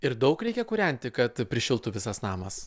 ir daug reikia kūrenti kad prišiltų visas namas